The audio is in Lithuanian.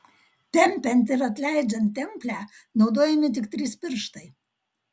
tempiant ir atleidžiant templę naudojami tik trys pirštai